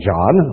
John